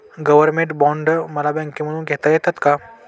Government bond मला बँकेमधून घेता येतात का?